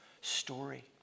story